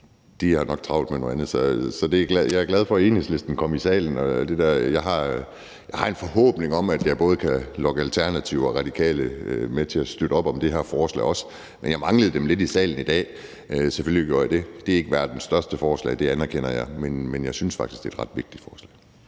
at de nok havde travlt med noget andet. Så jeg er glad for, at Enhedslisten kom i salen, og jeg har en forhåbning om, at jeg både kan lokke Alternativet og Radikale til også at støtte op om det her forslag. Men jeg manglede dem lidt i salen i dag, selvfølgelig gjorde jeg det. Det er ikke verdens største forslag, det anerkender jeg, men jeg synes faktisk, det er et ret vigtigt forslag.